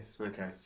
Okay